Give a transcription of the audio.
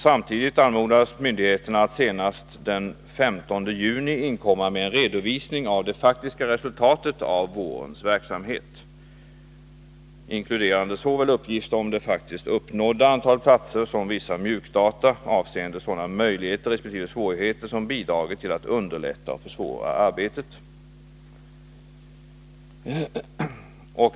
Samtidigt anmodades myndigheterna att senast den 15 juni inkomma med en redovisning av det faktiska resultatet av vårens verksamhet, inkluderande uppgift om såväl det faktiskt uppnådda antalet platser som vissa ”mjukdata” avseende sådana möjligheter resp. svårigheter som bidragit till att underlätta eller försvåra arbetet.